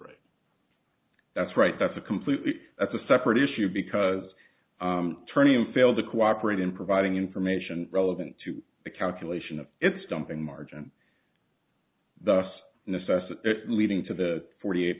right that's right that's a completely that's a separate issue because ternium failed to cooperate in providing information relevant to the calculation of its dumping margin thus necessity leading to the forty eight